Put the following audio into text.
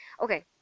Okay